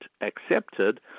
accepted